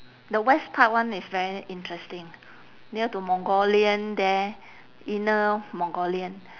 the west part one is very interesting near to mongolian there inner mongolian